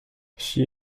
she